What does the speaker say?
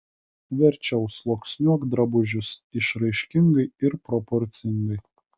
verčiau sluoksniuok drabužius išraiškingai ir proporcingai